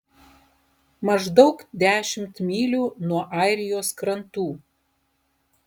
maždaug dešimt mylių nuo airijos krantų